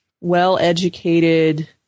well-educated